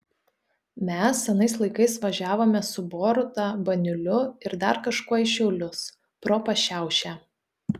mes anais laikais važiavome su boruta baniuliu ir dar kažkuo į šiaulius pro pašiaušę